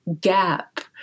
gap